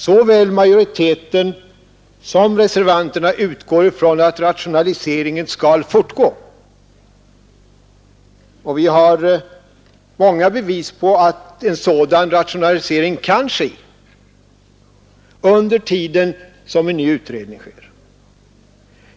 Såväl majoriteten som reservanterna utgår ifrån att rationaliseringen skall fortgå, och vi har många bevis på att en sådan rationalisering kan ske under tiden som en ny utredning görs.